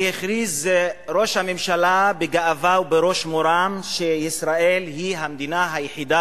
וראש הממשלה הכריז בגאווה ובראש מורם שישראל היא המדינה היחידה